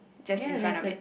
just in front of it